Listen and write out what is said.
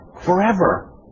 forever